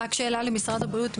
רק שאלה למשרד הבריאות.